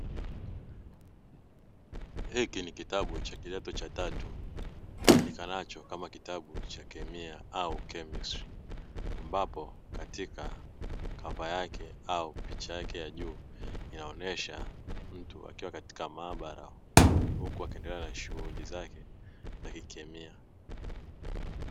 Hiki ni kitabu cha kidato cha tatu, kijulikanacho kama kitabu cha kemia au “”chemistry” ambapo katika kava yake au picha yake ya juu inaonyesha mtu akiwa katika maabara huku akiendelea na shughuli zake za kikemia.